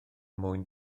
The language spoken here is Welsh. mwy